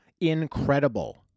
incredible